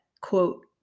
quote